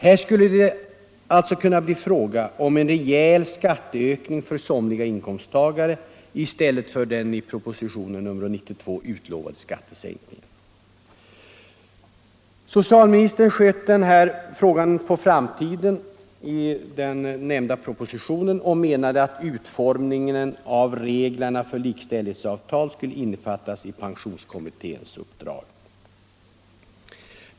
Här skulle det alltså kunna bli fråga om en rejäl skatteökning för somliga inkomsttagare i stället för den i propositionen 92 utlovade skattesänkningen. Socialministern sköt den här frågan på framtiden i proposition 92 och menade att utformningen av reglerna för likställighetsavtal skulle innefattas i pensionskommitténs uppdrag.